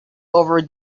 over